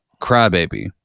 Crybaby